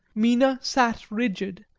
mina sat rigid,